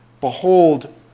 Behold